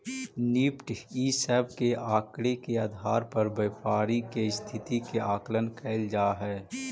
Nifty इ सब के आकड़ा के आधार पर व्यापारी के स्थिति के आकलन कैइल जा हई